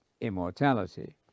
immortality